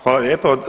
Hvala lijepa.